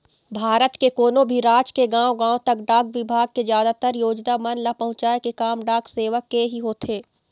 भारत के कोनो भी राज के गाँव गाँव तक डाक बिभाग के जादातर योजना मन ल पहुँचाय के काम डाक सेवक के ही होथे